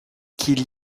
qu’il